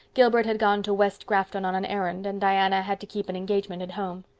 gilbert had gone to west grafton on an errand and diana had to keep an engagement at home.